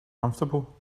comfortable